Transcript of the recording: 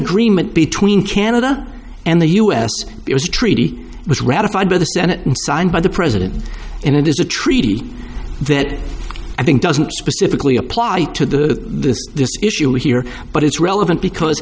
agreement between canada and the us it was treaty was ratified by the senate and signed by the president and it is a treaty that i think doesn't specifically apply to the issue here but it's relevant because